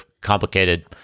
complicated